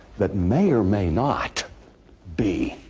that may or may not be